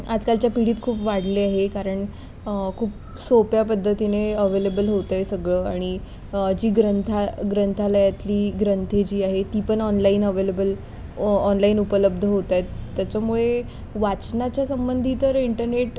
आजकालच्या पिढीत खूप वाढले आहे कारण खूप सोप्या पद्धतीने अवेलेबल होत आहे सगळं आणि जी ग्रंथा ग्रंथालयातली ग्रंथे जी आहे ती पण ऑनलाईन अवेलेबल ऑनलाईन उपलब्ध होत आहेत त्याच्यामुळे वाचनाच्या संबंधी तर इंटरनेट